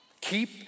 Keep